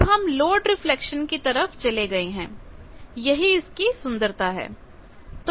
अब हम load reflection की तरफ चले गए हैं यही इसकी सुंदरता है